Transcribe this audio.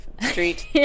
Street